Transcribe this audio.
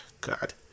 god